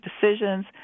decisions